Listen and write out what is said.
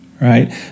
right